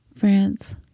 France